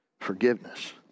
forgiveness